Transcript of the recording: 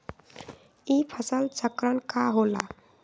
ई फसल चक्रण का होला?